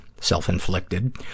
self-inflicted